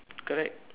correct